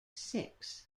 six